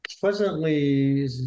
pleasantly